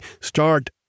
start